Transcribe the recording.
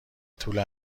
طول